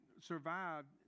survived